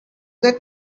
that